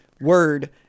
word